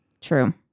True